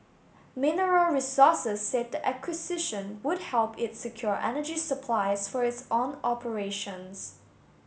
Mineral Resources said the acquisition would help it secure energy supplies for its own operations